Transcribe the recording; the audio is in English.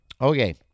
Okay